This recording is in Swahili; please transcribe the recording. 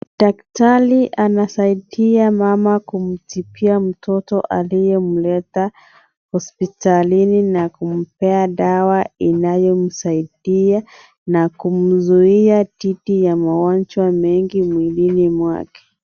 Daktari anasaidia mama kumtibia mtoto aliyemleta hospitalini na kumpea dawa inayomsaidia na kumzuia dhidi ya magonjwa mingi mwilini mwake.